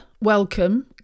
welcome